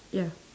ya